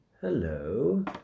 hello